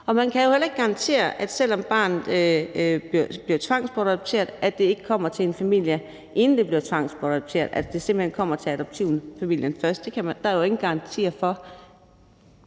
Og man kan jo heller ikke garantere, selv om barnet bliver tvangsbortadopteret, at det ikke kommer til familien, inden det bliver tvangsbortadopteret, altså at det kommer til adaptivfamilien først. Det er der jo ingen garantier for.